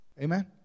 Amen